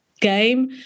game